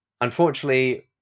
Unfortunately